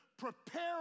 prepare